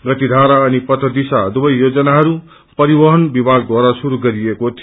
गतिधारा अनि पथदिशा दुवै योजनाहरू परिवहन विभगद्वारा शुरू गरिएको थियो